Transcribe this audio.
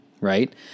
right